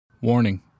Warning